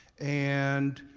and